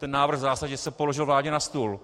Ten návrh v zásadě se položil vládě na stůl.